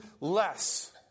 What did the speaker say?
less